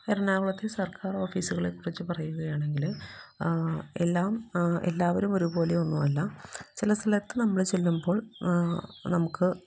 എറണാകുളത്തെ സർക്കാറോഫീസുകളെക്കുറിച്ച് പറയുകയാണെങ്കിൽ എല്ലാം എല്ലാവരും ഒരുപോലെയൊന്നും അല്ല ചില സ്ഥലത്ത് നമ്മൾ ചെല്ലുമ്പോൾ നമുക്ക്